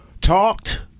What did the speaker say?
talked